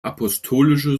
apostolische